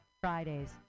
Fridays